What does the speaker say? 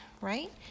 right